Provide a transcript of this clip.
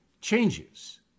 changes